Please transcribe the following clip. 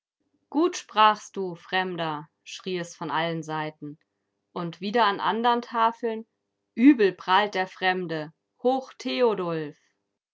gut sprachst du fremder schrie es von allen seiten und wieder an anderen tafeln übel prahlt der fremde hoch